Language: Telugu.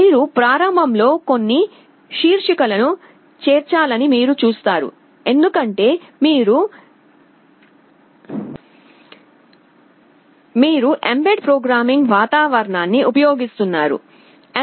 మీరు ప్రారంభంలో కొన్ని శీర్షికలను చేర్చాలని మీరు చూస్తారు ఎందుకంటే మీరు బెడ్ ప్రోగ్రామింగ్ వాతావరణాన్ని ఉపయోగిస్తున్నారు mbed